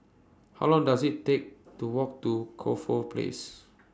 How Long Does IT Take to Walk to Corfe Place